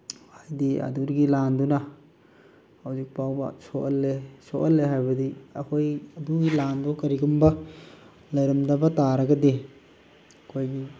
ꯍꯥꯏꯗꯤ ꯑꯗꯨꯗꯒꯤ ꯂꯥꯟꯗꯨꯅ ꯍꯧꯖꯤꯛ ꯐꯥꯎꯕ ꯁꯣꯛꯍꯜꯂꯦ ꯁꯣꯛꯍꯜꯂꯦ ꯍꯥꯏꯕꯗꯤ ꯑꯩꯈꯣꯏ ꯑꯗꯨꯒꯤ ꯂꯥꯟꯗꯣ ꯀꯔꯤꯒꯨꯝꯕ ꯂꯩꯔꯝꯗꯕ ꯇꯥꯔꯒꯗꯤ ꯑꯩꯈꯣꯏꯒꯤ